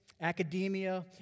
academia